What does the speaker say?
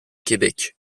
québec